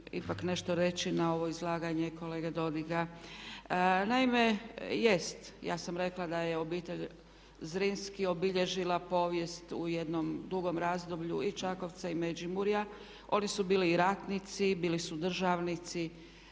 ipak nešto reći na ovo izlaganje kolege Dodiga. Naime, jest ja sam rekla da je obitelj Zrinski obilježila povijest u jednom dugom razdoblju i Čakovca i Međimurja. Oni su bili i ratnici, bili su državnici,